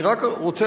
אני רק רוצה,